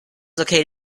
located